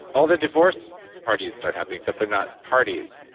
all the divorce parties start happening except they're not parties.